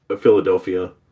Philadelphia